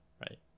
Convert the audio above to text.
right